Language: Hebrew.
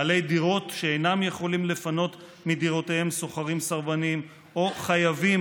בעלי דירות שאינם יכולים לפנות מדירותיהם שוכרים סרבנים או חייבים